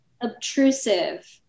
obtrusive